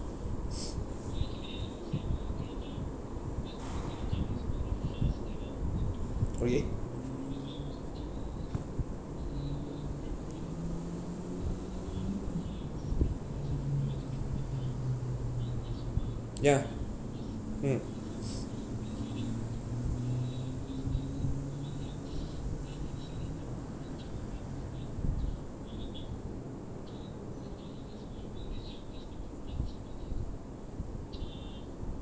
okay ya mm